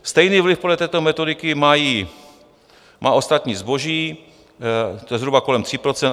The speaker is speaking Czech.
Stejný vliv podle této metodiky má ostatní zboží, to je zhruba kolem 3 %.